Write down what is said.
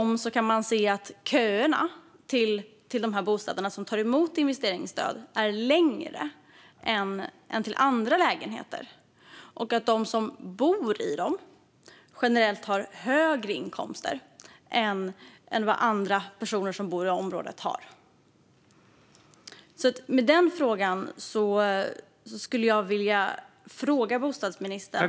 Man kan tvärtom se att köerna till de bostäder som tagit emot investeringsstöd är längre än till andra lägenheter. De som bor i dem har generellt högre inkomster än vad andra personer har som bor i området. Med detta som bakgrund skulle jag vilja fråga bostadsministern .